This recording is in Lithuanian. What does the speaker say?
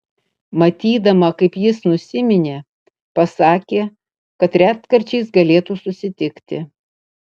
matydama kaip jis nusiminė pasakė kad retkarčiais galėtų susitikti